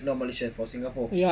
not malaysia for singapore